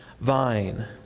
vine